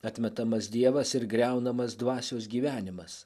atmetamas dievas ir griaunamas dvasios gyvenimas